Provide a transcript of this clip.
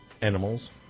animals